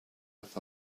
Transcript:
with